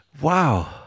Wow